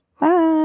Bye